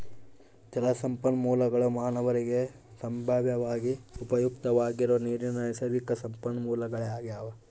ಜಲಸಂಪನ್ಮೂಲಗುಳು ಮಾನವರಿಗೆ ಸಂಭಾವ್ಯವಾಗಿ ಉಪಯುಕ್ತವಾಗಿರೋ ನೀರಿನ ನೈಸರ್ಗಿಕ ಸಂಪನ್ಮೂಲಗಳಾಗ್ಯವ